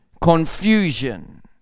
confusion